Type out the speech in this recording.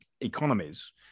economies